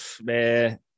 Man